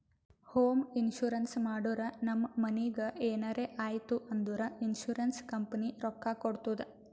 home insurance ಮಾಡುರ್ ನಮ್ ಮನಿಗ್ ಎನರೇ ಆಯ್ತೂ ಅಂದುರ್ ಇನ್ಸೂರೆನ್ಸ್ ಕಂಪನಿ ರೊಕ್ಕಾ ಕೊಡ್ತುದ್